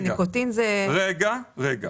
רגע.